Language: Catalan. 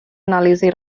anàlisi